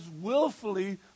willfully